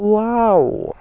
wow